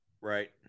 Right